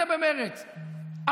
ואתם מתנגדים לזה במרצ,